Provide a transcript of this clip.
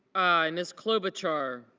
miss clover char